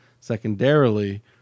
Secondarily